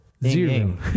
zero